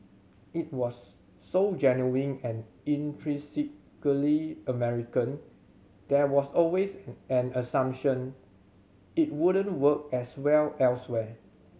it was so genuinely and intrinsically American there was always an an assumption it wouldn't work as well elsewhere